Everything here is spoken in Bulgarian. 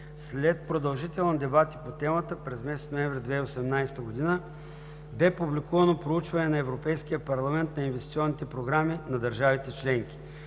След продължителни дебати по темата през месец ноември 2018 г. бе публикувано проучване на Европейския парламент на инвестиционните програми на държавите членки.